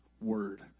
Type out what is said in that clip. word